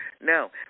No